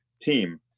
team